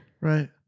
Right